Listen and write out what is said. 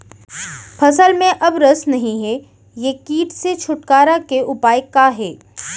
फसल में अब रस नही हे ये किट से छुटकारा के उपाय का हे?